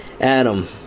Adam